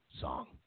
song